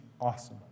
awesome